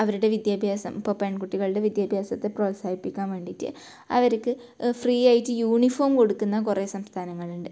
അവരുടെ വിദ്യാഭ്യാസം ഇപ്പം പെൺകുട്ടികളുടെ വിദ്യാഭ്യാസത്തെ പ്രോത്സാഹിപ്പിക്കാൻ വേണ്ടീട്ട് അവർക്ക് ഫ്രീയായിട്ട് യൂണിഫോം കൊടുക്കുന്ന കുറെ സംസ്ഥാനങ്ങളുണ്ട്